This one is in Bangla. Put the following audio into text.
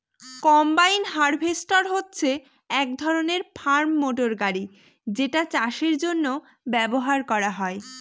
কম্বাইন হার্ভেস্টর হচ্ছে এক ধরনের ফার্ম মটর গাড়ি যেটা চাষের জন্য ব্যবহার করা হয়